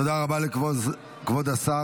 תודה רבה לכבוד השר.